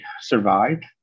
survived